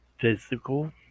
physical